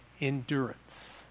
endurance